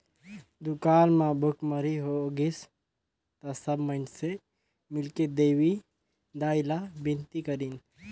दुकाल म भुखमरी होगिस त सब माइनसे मिलके देवी दाई ला बिनती करिन